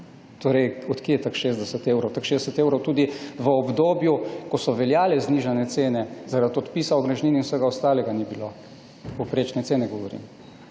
77,70. Od kod je teh 60 evrov? Teh 60 evrov tudi v obdobju, ko so veljale znižane cene zaradi odpisa omrežnin in vsega ostalega, ni bilo. Povprečne cene govorim,